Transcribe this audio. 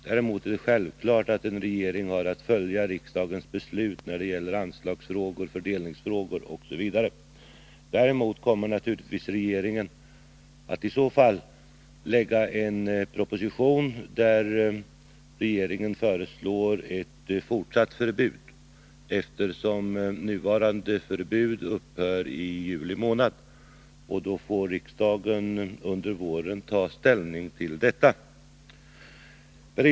Däremot är det självklart att en regering har att följa riksdagens beslut när det gäller anslagsfrågor, kommer regeringen naturligtvis att lägga fram en proposition med förslag om ett fortsatt förbud, eftersom nuvarande förbud upphör i juli månad, och riksdagen får då ta ställning till detta under våren.